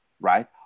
right